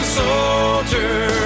soldier